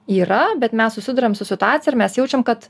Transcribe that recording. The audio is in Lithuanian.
yra bet mes susiduriam su situacija ir mes jaučiam kad